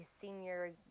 senior